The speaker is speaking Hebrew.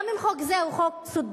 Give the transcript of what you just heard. גם אם חוק זה הוא חוק צודק,